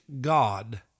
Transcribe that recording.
God